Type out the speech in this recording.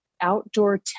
outdoor